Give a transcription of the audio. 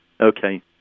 Okay